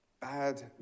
Bad